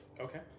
Okay